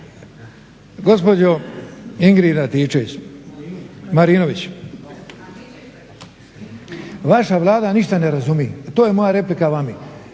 Gospođo Ingrid Antičević-Marinović, vaša Vlada ništa ne razumije to je moja replika vama.